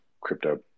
crypto